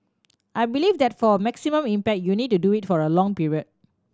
I believe that for maximum impact you need to do it over a long period